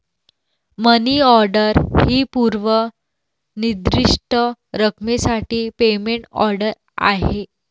मनी order ही पूर्व निर्दिष्ट रकमेसाठी पेमेंट ऑर्डर आहे